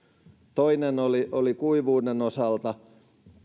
toinen oli oli kuivuuden osalta kun